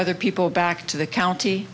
other people back to the county